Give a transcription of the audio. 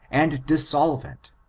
and dissolvent,